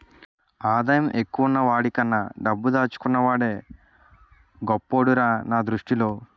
ఆదాయం ఎక్కువున్న వాడికన్నా డబ్బు దాచుకున్న వాడే గొప్పోడురా నా దృష్టిలో